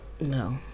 No